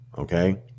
Okay